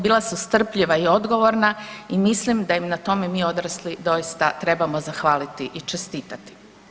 Bila su strpljiva i odgovorna i mislim da im na tome mi odrasli trebamo zahvaliti i čestitati.